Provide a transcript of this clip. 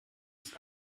ist